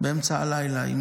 באמצע הלילה רק